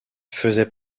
faisait